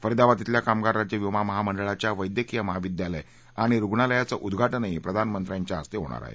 फरिदाबाद क्षिल्या कामगार राज्य विमा महामं क्रिच्या वद्यक्रीय महाविद्यालय आणि रुग्णालयाचं उद्घाटनही प्रधानमंत्र्यांच्या हस्ते होणार आहे